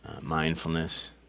mindfulness